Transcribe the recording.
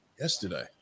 Yesterday